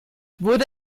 wurde